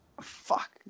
Fuck